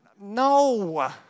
No